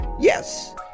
Yes